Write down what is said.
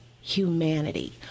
humanity